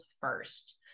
First